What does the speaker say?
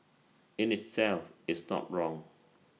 in itself is not wrong